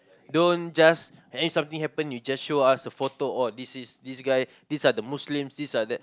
don't just anything something happen you just show us the photo oh this is this guy these are the Muslims these are that